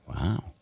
Wow